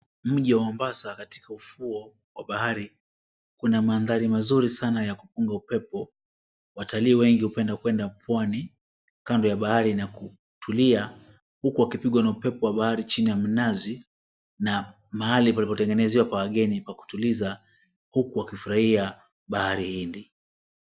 Mji wa Mombasa katika ufuo wa bahari. Kuna mandhari mazuri sana ya kupunga upepo. Watalii wengi hupenda kuenda pwani kando ya bahari na kutulia huku wakipigwa na upepo wa bahari chini ya mnazi na mahali palipotengenezewa pa wageni kutuliza, huku wakifurahia bahari hili.